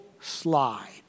slide